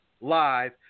live